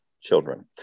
children